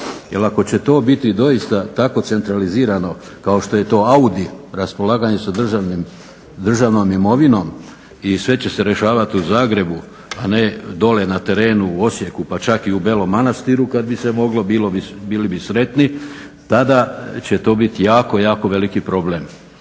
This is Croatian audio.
Jer ako će to biti doista tako centralizirano kao što je to AUDI raspolaganje sa državnom imovinom i sve će se rešavat u Zagrebu a ne dole na terenu u Osijeku, pa čak i u Belom Manastiru kad bi se moglo bili bi sretni. Tada će to bit jako, jako veliki problem.